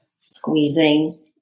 squeezing